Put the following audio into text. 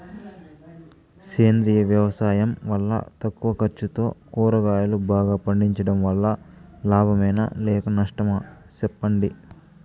సేంద్రియ వ్యవసాయం వల్ల తక్కువ ఖర్చుతో కూరగాయలు బాగా పండించడం వల్ల లాభమేనా లేక నష్టమా సెప్పండి